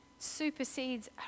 supersedes